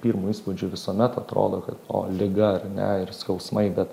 pirmu įspūdžiu visuomet atrodo kad o liga ar ne ir skausmai bet